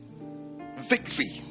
victory